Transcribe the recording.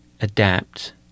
adapt